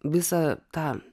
visą tą